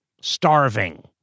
starving